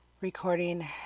recording